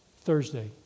Thursday